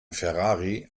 ferrari